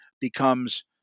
becomes